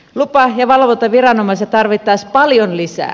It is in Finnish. lupa ja valvontaviranomaisia tarvittaisiin paljon lisää